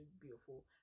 beautiful